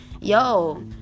yo